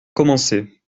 commencer